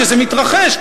כשזה מתרחש,